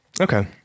okay